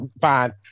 fine